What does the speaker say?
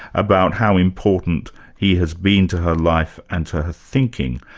about how important he has been to her life and to her thinking.